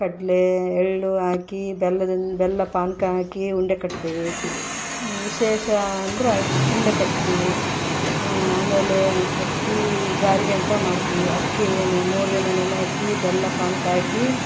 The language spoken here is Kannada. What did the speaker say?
ಕಡಲೆ ಎಳ್ಳು ಹಾಕಿ ಬೆಲ್ಲದಿನ ಬೆಲ್ಲ ಪಾಕ ಹಾಕಿ ಉಂಡೆ ಕಟ್ತೀವಿ ವಿಶೇಷ ಅಂದ್ರೆ ಜ್ ಉಂಡೆ ಕಟ್ತೀವಿ ಆಮೇಲೆ ಅಕ್ಕಿ ಗಾರಿಗೆ ಅಂತ ಮಾಡ್ತೀವಿ ಅಕ್ಕಿಯೇನೆ ಮೂರು ದಿನ ನೆನೆ ಹಾಕಿ ಬೆಲ್ಲ ಪಾಕ ಹಾಕಿ